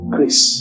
Grace